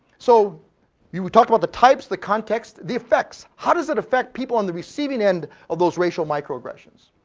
so we would talk about the types, the context, the effects. how does it affect people on the receiving end of those racial microaggressions?